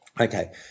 okay